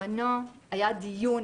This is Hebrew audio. בזמנו היה דיון